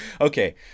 Okay